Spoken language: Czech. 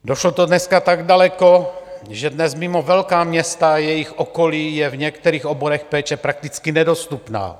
Došlo to dneska tak daleko, že dnes mimo velká města a jejich okolí je v některých oborech péče prakticky nedostupná.